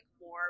more